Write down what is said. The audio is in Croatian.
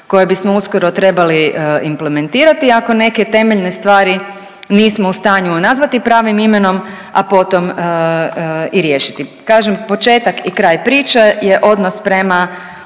koje bismo uskoro trebali implementirati ako neke temeljne stvari nismo u stanju nazvati pravim imenom, a potom i riješiti. Kažem, početak i kraj priče je odnos prema